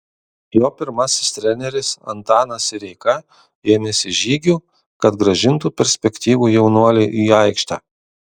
jo pirmasis treneris antanas sireika ėmėsi žygių kad grąžintų perspektyvų jaunuolį į aikštę